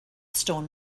stone